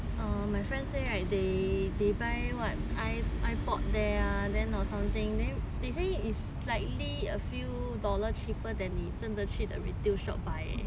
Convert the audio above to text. buy what I ipod there ah then or something they they say it's slightly a few dollars cheaper than 你真的去 the retail shop buy eh